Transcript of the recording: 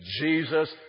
Jesus